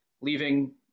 leaving